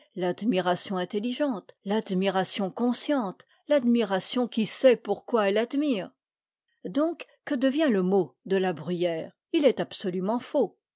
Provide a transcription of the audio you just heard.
l'admiration intelligente l'admiration consciente l'admiration qui sait pourquoi elle admire donc que devient le mot de la bruyère il est absolument faux